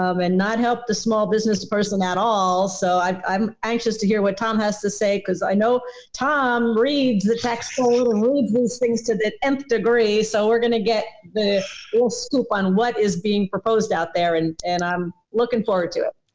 um and not help the small business person at all. so i'm i'm anxious to hear what tom has to say. cause i know tom reads the tax code and move those things to the nth degree. so we're going to get the little scoop on what is being proposed out there and, and i'm looking forward to it.